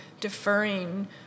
deferring